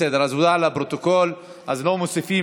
בסדר, אז הודעה לפרוטוקול, אז לא מוסיפים.